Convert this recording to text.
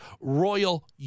royal